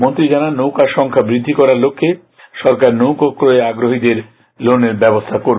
মন্ত্রী জানান নৌকার সংখ্যা বৃদ্ধি করার লক্ষ্ সরকার নৌকা ক্রয়ে আগ্রহীদের লোনের ব্যবস্থা করবে